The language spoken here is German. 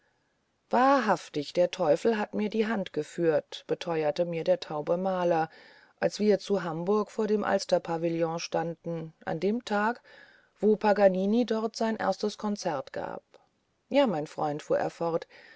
wahrhaftig der teufel hat mir die hand geführt beteuerte mir der taube maler als wir zu hamburg vor dem alsterpavillon standen an dem tage wo paganini dort sein erstes konzert gab ja mein freund fuhr